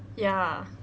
ya